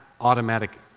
automatic